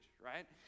right